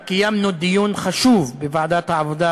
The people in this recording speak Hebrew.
קיימנו דיון חשוב בוועדת העבודה,